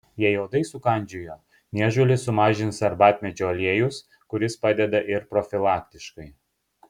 jei uodai sukandžiojo niežulį sumažins arbatmedžio aliejus kuris padeda ir profilaktiškai